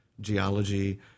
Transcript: geology